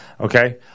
Okay